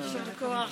בבקשה.